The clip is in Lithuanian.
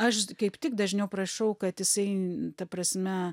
aš kaip tik dažniau prašau kad jisai ta prasme